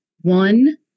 one